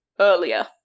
earlier